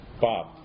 Bob